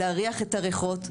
להריח את הריחות.